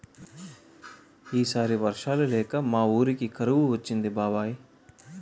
ఈ సారి వర్షాలు లేక మా వూరికి కరువు వచ్చింది బాబాయ్